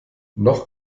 noch